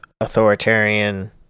authoritarian